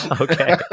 Okay